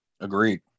Agreed